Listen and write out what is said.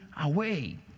away